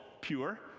pure